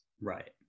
right